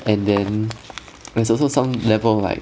and then there's also some level like